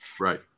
right